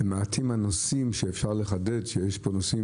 מעטים הנושאים שאפשר לחדד שיש פה נושאים